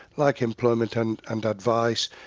like employment and and advice,